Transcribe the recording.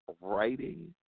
writing